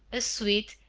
a sweet,